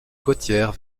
côtière